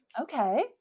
Okay